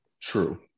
True